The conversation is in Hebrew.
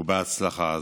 ובהצלחה.